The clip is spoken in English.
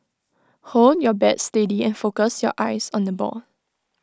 hold your bat steady and focus your eyes on the ball